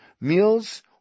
meals